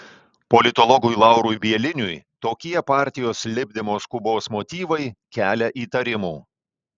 politologui laurui bieliniui tokie partijos lipdymo skubos motyvai kelia įtarimų